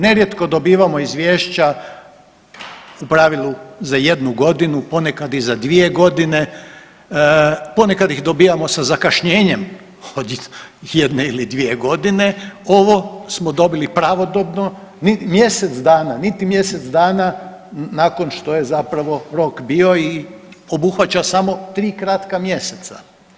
Nerijetko dobivamo izvješća u pravilu za jednu godinu, ponekad i za dvije godine, ponekad ih dobijamo sa zakašnjenjem od jedne ili dvije godine, ovo smo dobili pravodobno, ni mjesec dana, niti mjesec dana nakon što je zapravo rok bio i obuhvaća samo 3 kratka mjeseca.